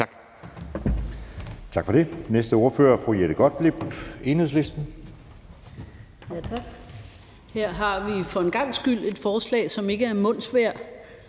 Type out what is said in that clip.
Tak.